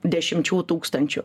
dešimčių tūkstančių